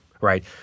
right